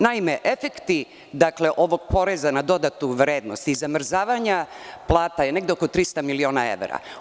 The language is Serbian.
Naime, efekti ovog poreza na dodatu vrednost i zamrzavanja plata je negde oko 300 miliona evra.